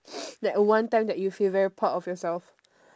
like one time that you feel very proud of yourself